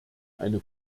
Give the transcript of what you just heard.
eine